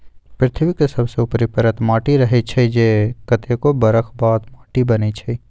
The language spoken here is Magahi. पृथ्वी के सबसे ऊपरी परत माटी रहै छइ जे कतेको बरख बाद माटि बनै छइ